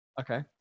Okay